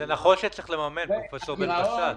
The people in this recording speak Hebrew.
זה נכון שצריך לממן, פרופ' בן בסט,